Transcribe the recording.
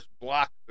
Block